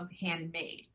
handmade